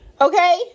Okay